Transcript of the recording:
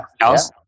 house